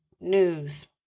News